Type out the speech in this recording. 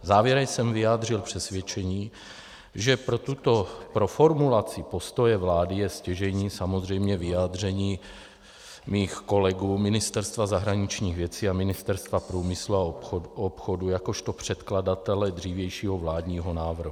Závěrem jsem vyjádřil přesvědčení, že pro formulaci postoje vlády je stěžejní samozřejmě vyjádření mých kolegů, Ministerstva zahraničních věcí a Ministerstva průmyslu a obchodu jakožto předkladatele dřívějšího vládního návrhu.